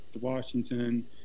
Washington